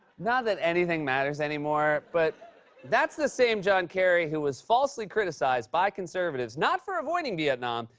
not that anything matters anymore, but that's the same john kerry who was falsely criticized by conservatives not for avoiding vietnam,